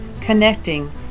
connecting